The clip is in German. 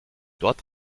dort